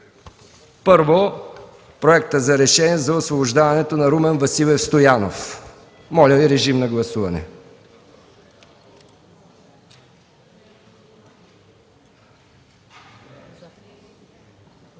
Първо – проекта за освобождаването на Румен Василев Стоянов. Моля, режим на гласуване.